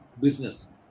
business